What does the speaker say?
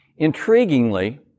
Intriguingly